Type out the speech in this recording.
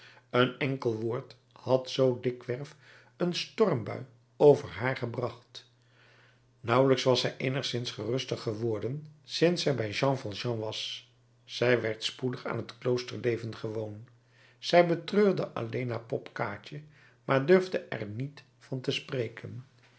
een enkel woord had zoo dikwerf een stormbui over haar gebracht nauwelijks was zij eenigszins geruster geworden sinds zij bij jean valjean was zij werd spoedig aan het kloosterleven gewoon zij betreurde alleen haar pop kaatje maar durfde er niet van spreken